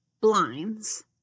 blinds